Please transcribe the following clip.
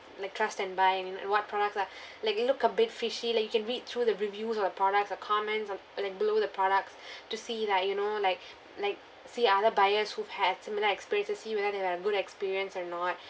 like trust and buy and you know and what product li~ like look a bit fishy like you can read through the reviews of the product the comments of like below the product to see that you know like like see other buyers who has similar experience to see whether they've had a good experience or not